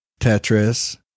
Tetris